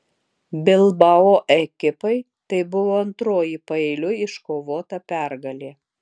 bilbao ekipai tai buvo antroji paeiliui iškovota pergalė